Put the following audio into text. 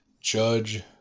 judge